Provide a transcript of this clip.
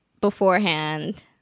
beforehand